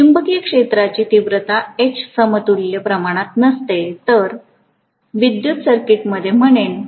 चुंबकीय क्षेत्राची तीव्रता H समतुल्य प्रमाणात नसते तर विद्युत सर्किटमध्ये म्हणेन